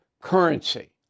currency